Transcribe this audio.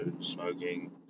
smoking